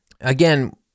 Again